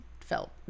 felt